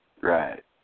Right